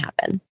happen